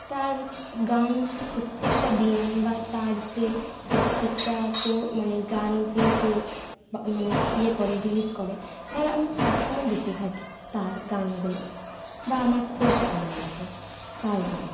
তার গান প্রত্যেকটা দিন বা তার যে প্রত্যেকটা পো মানে গান যে সে বা মানে ইয়ে করে রিলিজ করে তার আমি সব সময় দেখতে থাকি তার গানগুলো বা আমার খুব ভালো লাগে তার গান